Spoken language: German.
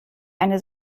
eine